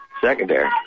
secondary